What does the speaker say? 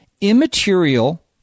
immaterial